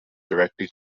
directly